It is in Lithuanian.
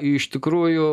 iš tikrųjų